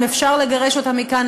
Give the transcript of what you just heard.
אם אפשר לגרש אותם מכאן,